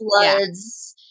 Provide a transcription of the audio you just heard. floods